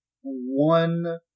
one